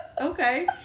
Okay